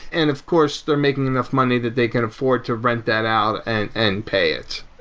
and of course, they're making enough money that they can afford to rent that out and and pay it.